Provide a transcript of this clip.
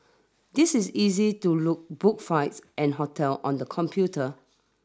this is easy to look book flights and hotel on the computer